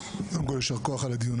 קודם כל, ישר כוח על הדיון.